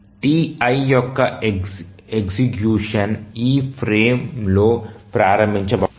Ti యొక్క execution ఈ ఫ్రేమ్లో ప్రారంభించబడదు